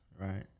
right